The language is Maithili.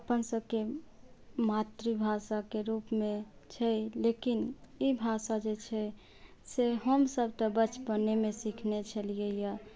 अपन सबके मातृभाषाके रूपमे छै लेकिन ई भाषा जे छै से हमसब तऽ बचपनेमे सीखने छलियै